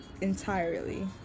entirely